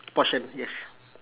portion yes